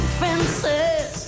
fences